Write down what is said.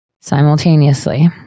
simultaneously